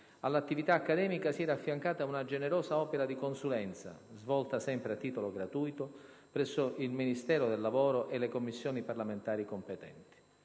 all'attività accademica si era affiancata una generosa opera di consulenza - svolta sempre a titolo gratuito -verso il Ministero del lavoro e le Commissioni parlamentari competenti.